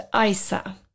ISA